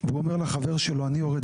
והוא אומר לחבר שלו: אני יורד,